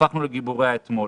הפכנו לגיבורי האתמול.